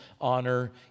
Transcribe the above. honor